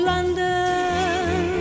London